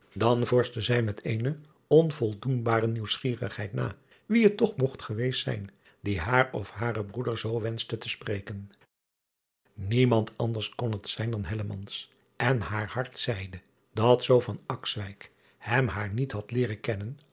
dan vorschte zij met eene onvoldoenbare nieuwsgierigheid na wie het toch mogt geweest zijn die haar of haren broeder zoo wenschte te spreken iemand anders kon het zijn dan en haar hart zeide dat zoo hem haar niet had leeren kennen